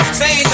say